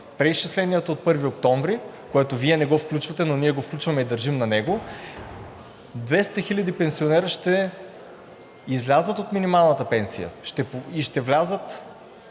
преизчислението от 1 октомври, което Вие не го включвате, но ние го включваме и държим на него, 200 хиляди пенсионери ще излязат от минималната пенсия и ще влязат